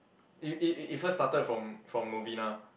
it it it first started from from Novena